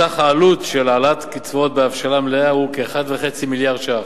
סך העלות של העלאת הקצבאות בהבשלה מלאה היא כ-1.5 מיליארד ש"ח.